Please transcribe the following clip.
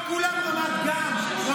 ודאי